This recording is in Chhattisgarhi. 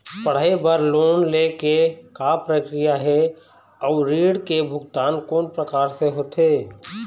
पढ़ई बर लोन ले के का प्रक्रिया हे, अउ ऋण के भुगतान कोन प्रकार से होथे?